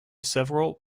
several